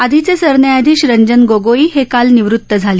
आधीचे सरन्यायाधीश रंजन गोगोई हे काल निवृत झाले